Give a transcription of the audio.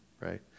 Right